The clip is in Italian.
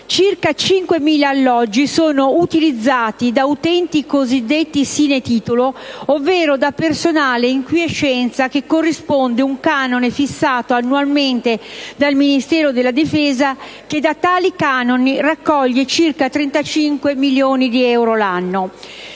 Circa 5.000 alloggi sono utilizzati da utenti cosiddetti *sine titulo*, ovvero da personale in quiescenza che corrisponde un canone fissato annualmente dal Ministero della difesa, che da tali canoni raccoglie circa 35 milioni di euro l'anno.